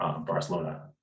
Barcelona